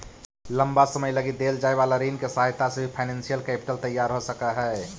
लंबा समय लगी देल जाए वाला ऋण के सहायता से भी फाइनेंशियल कैपिटल तैयार हो सकऽ हई